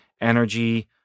energy